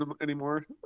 anymore